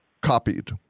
copied